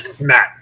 Matt